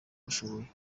bashoboye